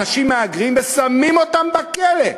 אנשים מהגרים ושמים אותם בכלא,